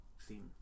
theme